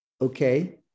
Okay